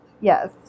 yes